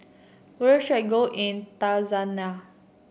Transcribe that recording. where should I go in Tanzania